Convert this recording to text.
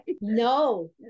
no